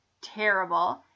terrible